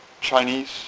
Chinese